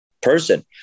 person